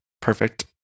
Perfect